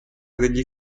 degli